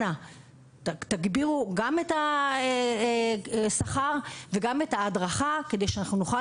אנא תגבירו גם את השכר וגם את ההדרכה כדי שנוכל